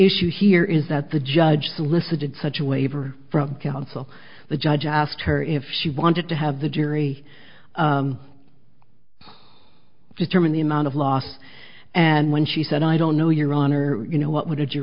issue here is that the judge solicited such a waiver from counsel the judge asked her if she wanted to have the jury determine the amount of loss and when she said i don't know your honor you know what would